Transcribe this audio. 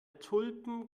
tulpen